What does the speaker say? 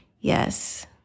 yes